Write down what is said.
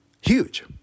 huge